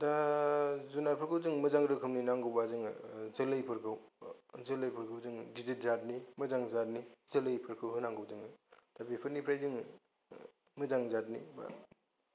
दा जुनारफोरखौ जों मोजां रोखोमनि नांगौबा जोङो जोलैफोरखौ जोलैफोरखौ जोङो गिदिरजारनि मोजां जारनि जोलैफोरखौ होनांगौ जोङो बेफोरनिफ्राय जोङो मोजां जारनि बा